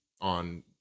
on